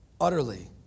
Utterly